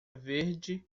verde